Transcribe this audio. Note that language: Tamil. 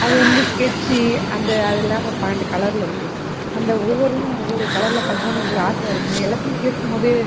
அது வந்து ஸ்கெட்ச் அந்த அதலாம் ஒரு பன்னெண்டு கலரில் இருக்கும் அந்த ஒவ்வொரும் ஒவ்வொரு கலரில் பார்க்கும்போது நமக்கு ஒரு ஆசை வரும்போது எல்லாத்தையும் கிறுக்கும் போது